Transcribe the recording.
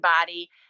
body